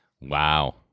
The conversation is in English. Wow